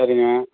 சரிங்க